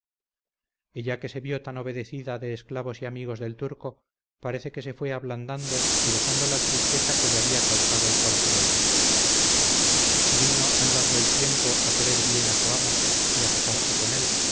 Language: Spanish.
regalados ella que se vió tan obedecida de esclavos y amigos del turco parece que se fue ablandando y dejando la tristeza que le había causado el cautiverio vino andando el tiempo a querer bien a su amo y a casarse con él